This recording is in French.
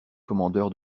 commandeur